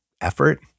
effort